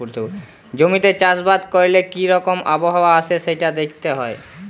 জমিতে চাষ বাস ক্যরলে কি রকম আবহাওয়া আসে সেটা দ্যাখতে হ্যয়